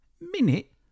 Minute